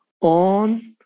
on